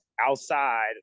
outside